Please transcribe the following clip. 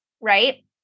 right